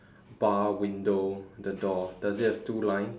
bar window the door does it have two lines